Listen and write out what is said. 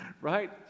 Right